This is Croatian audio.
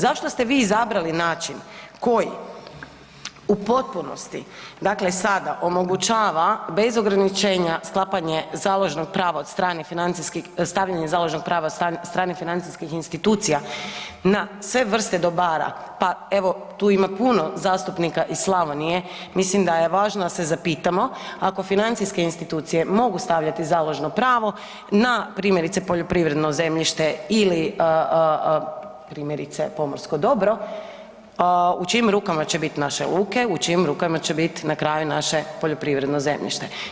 Zašto ste vi izabrali način koji u potpunosti dakle sada omogućava bez ograničenja sklapanje založnog prava od stranih financijskih, stavljanje založnog prava od strane financijskih institucija na sve vrste dobara pa evo, tu ima puno zastupnika iz Slavonije, mislim da je važno da se zapitamo ako financijske institucije mogu stavljati založno pravo na primjerice poljoprivredno zemljište ili primjerice pomorsko dobro, u čijim rukama će biti naše luke, u čijim rukama će bit na kraju naše poljoprivredno zemljište.